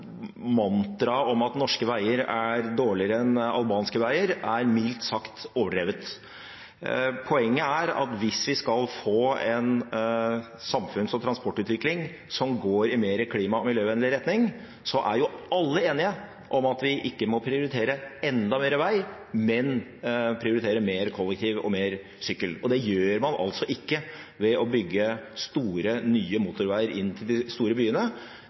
mantraet om at norske veier er dårligere enn albanske veier, mildt sagt er overdrevet. Poenget er at hvis vi skal få en samfunns- og transportutvikling som går i mer klima- og miljøvennlig retning, er alle enige om at vi ikke må prioritere enda mer til vei, men prioritere mer til kollektiv og mer til sykkel. Og det gjør man altså ikke ved å bygge store, nye motorveier inn til de store byene.